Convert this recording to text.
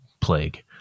plague